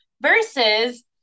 versus